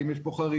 האם יש פה חריגות,